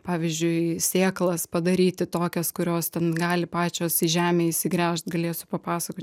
pavyzdžiui sėklas padaryti tokias kurios ten gali pačios į žemę įsigriaužt galėsiu papasakot